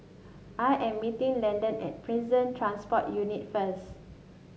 I am meeting Landen at Prison Transport Unit first